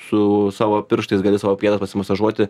su savo pirštais gali savo pėdas pasimasažuoti